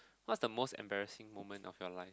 what's the most embarrassing moment of your life